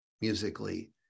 musically